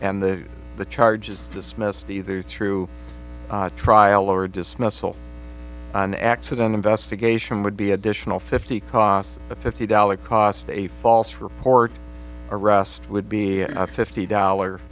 and the the charges dismissed either through trial or dismissal an accident investigation would be additional fifty costs a fifty dollar cost a false report arrest would be a fifty dollar